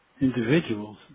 individuals